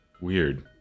Weird